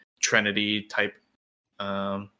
Trinity-type